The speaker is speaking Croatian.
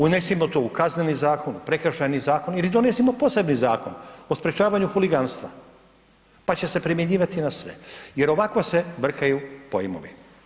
Unesimo to u Kazneni zakon, Prekršajni zakon ili donesimo poseban zakon o sprečavanju huliganstva pa će se primjenjivati na sve jer ovako se brkaju pojmovi.